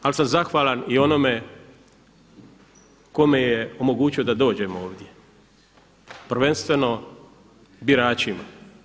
Ali sam zahvalan i onome tko mi je omogućio da dođem ovdje, prvenstveno biračima.